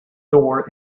door